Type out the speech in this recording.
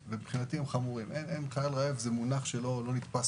חייל רעב זה מונח שלא נתפס